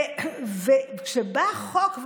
וכשבא חוק,